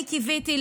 אני קיוויתי,